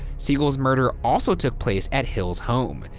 siegel's murder also took place at hill's home.